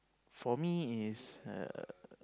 for me is err